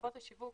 חברות השיווק